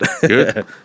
Good